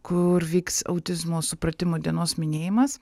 kur vyks autizmo supratimo dienos minėjimas